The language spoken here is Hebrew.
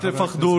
אל תפחדו.